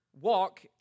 walk